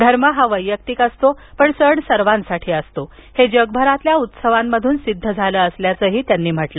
धर्म हा वैयक्तिक असतो पण सण सर्वांसाठी असतो हे जगभरातील उत्सवांमधून सिद्ध झालं असल्याचही ते म्हणाले